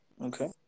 Okay